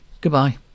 Goodbye